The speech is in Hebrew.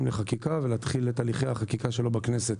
לחקיקה ולהתחיל את הליכי החקיקה שלו בכנסת.